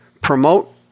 promote